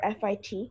FIT